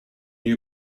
you